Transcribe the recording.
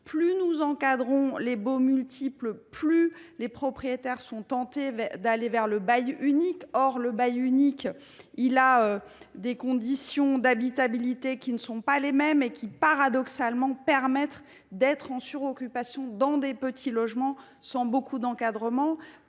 Plus nous encadrons les baux multiples, plus les propriétaires sont tentés d’aller vers le bail unique. Or ce dernier fixe des conditions d’habitabilité qui ne sont pas les mêmes et qui, paradoxalement, permettent la suroccupation de petits logements, sans encadrement.